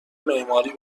معماری